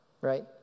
right